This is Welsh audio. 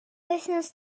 wythnos